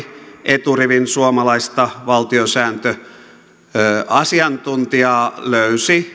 eturivin suomalaista valtiosääntöasiantuntijaa löysi